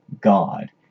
God